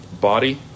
body